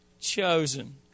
chosen